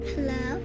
Hello